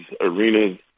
arenas